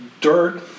dirt